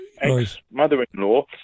ex-mother-in-law